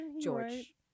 George